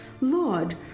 Lord